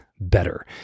better